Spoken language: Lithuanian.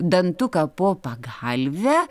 dantuką po pagalve